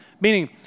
Meaning